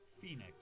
Phoenix